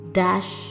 dash